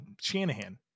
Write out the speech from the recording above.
Shanahan